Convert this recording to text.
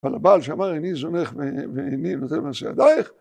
אבל הבעל שאמר איני זונך ואיני נוטל מעשה ידייך